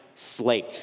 slate